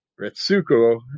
Retsuko